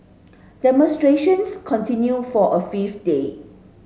demonstrations continued for a fifth day